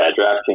DraftKings